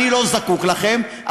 אני לא זקוק לכם,